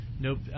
Nope